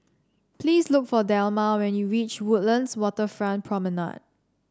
please look for Delmar when you reach Woodlands Waterfront Promenade